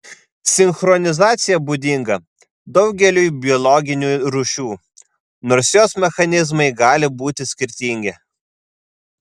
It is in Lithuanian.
sinchronizacija būdinga daugeliui biologinių rūšių nors jos mechanizmai gali būti skirtingi